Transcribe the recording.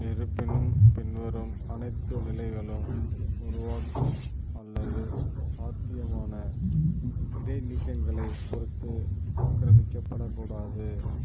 இருப்பினும் பின்வரும் அனைத்து நிலைகளும் உருவாக்கம் அல்லது சாத்தியமான இடைநீக்கங்களைப் பொறுத்து ஆக்கிரமிக்கப்படக் கூடாது